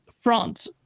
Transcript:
France